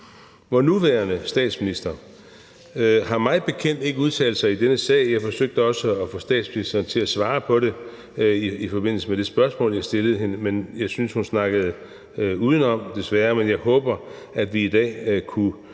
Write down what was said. Vor nuværende statsminister har mig bekendt ikke udtalt sig i denne sag. Jeg forsøgte også at få statsministeren til at svare på det i forbindelse med det spørgsmål, jeg stillede hende, men jeg synes, hun snakkede udenom, desværre. Men jeg håber, at vi i dag kan